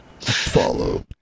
Follow